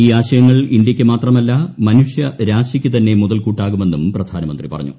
ഈ ആശയങ്ങൾ ഇന്ത്യയ്ക്ക് മാത്രമല്ല മനുഷ്യരാശിക്ക് തന്നെ മുതൽക്കൂട്ടാകുമെന്നും പ്രധാനമന്ത്രി പറഞ്ഞു